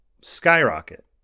skyrocket